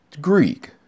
Greek